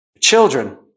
Children